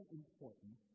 important